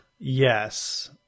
yes